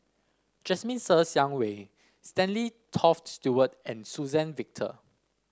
Jasmine Ser Xiang Wei Stanley Toft Stewart and Suzann Victor